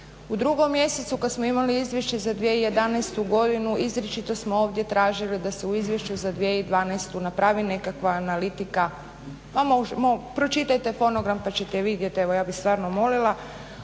u drugom mjesecu kad smo imali Izvješće za 2011. godinu izričito smo ovdje tražili da se u Izvješću za 2012. napravi nekakva analitika, pa pročitajte fonogram pa ćete vidjeti, evo ja bih stvarno molila,